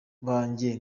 banjye